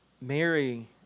Mary